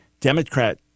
Democrat